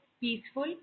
peaceful